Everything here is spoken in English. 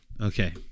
Okay